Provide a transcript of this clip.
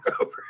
over